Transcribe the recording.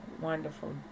wonderful